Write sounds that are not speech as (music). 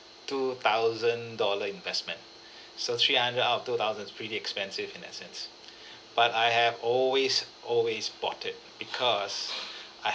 two thousand dollar investment (breath) so three hundred out of two thousand's pretty expensive in that sense (breath) but I have always always bought it because (breath) I